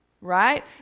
Right